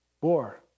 war